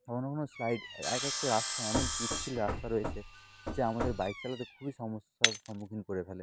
কখনও কখনও স্লাইড এক একটা রাস্তা এমন পিচ্ছিল রাস্তা রয়েছে যা আমাদের বাইক চালাতে খুবই সমস্যার সম্মুখীন করে ফেলে